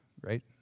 right